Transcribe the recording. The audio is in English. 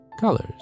colors